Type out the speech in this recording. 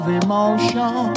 emotion